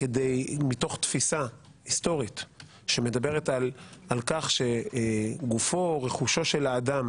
מתוך תפיסה היסטורית שמדברת על כך שגופו או רכושו של האדם